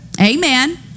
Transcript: Amen